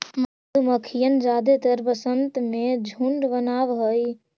मधुमक्खियन जादेतर वसंत में झुंड बनाब हई